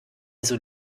also